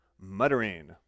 muttering